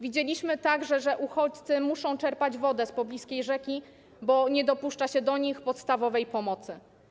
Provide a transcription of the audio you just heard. Widzieliśmy także, że uchodźcy muszą czerpać wodę z pobliskiej rzeki, bo nie udziela się im podstawowej pomocy.